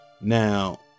now